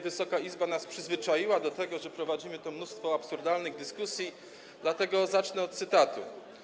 Wysoka Izba nas przyzwyczaiła do tego, że prowadzimy tu mnóstwo absurdalnych dyskusji, dlatego zacznę od cytatu.